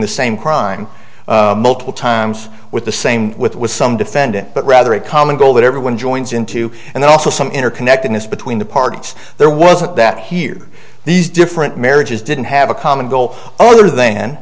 the same crime multiple times with the same with with some defendant but rather a common goal that everyone joins into and then also some interconnectedness between the parties there wasn't that here these different marriages didn't have a common goal other th